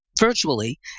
virtually